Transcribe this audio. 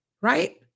right